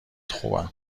خوبم